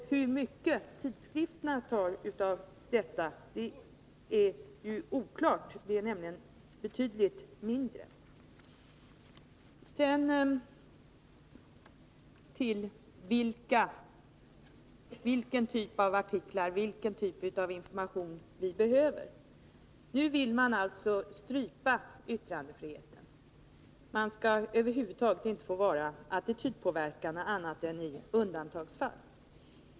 Hur mycket tidskrifterna tar av detta är också oklart — det är emellertid betydligt mindre. Sedan till vilken typ av artiklar, vilken typ av information vi behöver. Nu vill alltså de som står bakom detta förslag strypa yttrandefriheten — man skall över huvud taget inte få vara attitydpåverkande annat än i undantagsfall.